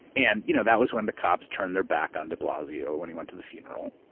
and you know that was when the cops turned their back on de blasio when he went to the funeral.